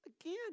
again